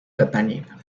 catania